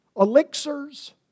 elixirs